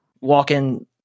walking